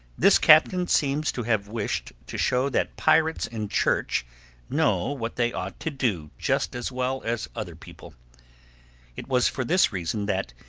this captain seems to have wished to show that pirates in church know what they ought to do just as well as other people it was for this reason that,